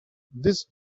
this